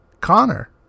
Connor